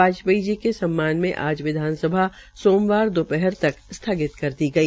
वाजपेयी जी के सम्मान में आज विधानसभा सोमवार दोपहर तक स्थगित कर दी गई